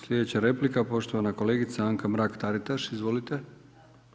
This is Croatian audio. Slijedeća replika, poštovana kolegica Anka Mrak-Taritaš, izvolite.